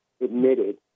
admitted